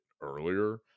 earlier